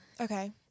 Okay